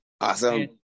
awesome